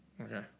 Okay